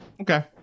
Okay